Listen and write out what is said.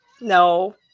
No